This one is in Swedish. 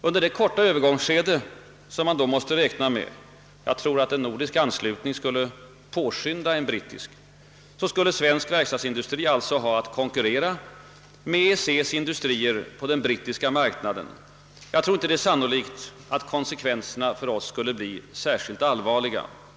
Under det kortvariga Öövergångsskede som man då måste räkna med — en nordisk anslutning skulle med största säkerhet påskynda den brittiska anslutningen — skulle svensk verkstadsindustri ha att konkurrera med EEC:s industrier på den brittiska marknaden. Det är inte sannolikt att konsekvenserna skulle bli särskilt allvarliga.